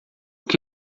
que